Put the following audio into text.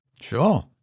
Sure